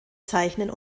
zeichnen